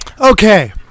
Okay